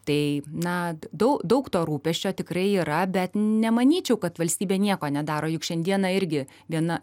tai na daug daug to rūpesčio tikrai yra bet nemanyčiau kad valstybė nieko nedaro juk šiandieną irgi viena